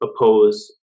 oppose